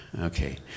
Okay